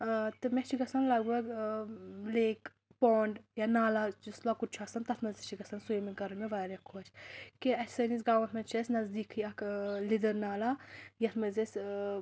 ٲں تہٕ مےٚ چھِ گژھان لگ بھگ ٲں لیک پونٛڈ یا نالا یُس لۄکُٹ چھُ آسان تَتھ منٛز تہِ چھِ گژھان سٕومِنٛگ کَرٕنۍ مےٚ واریاہ خۄش کہِ اسہِ سٲنِس گامَس منٛز چھِ اسہِ نزدیٖکھٕے اَکھ ٲں لِدٕر نالا یَتھ منٛز أسۍ ٲں